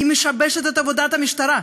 היא משבשת את עבודת המשטרה.